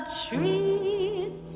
trees